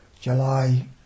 July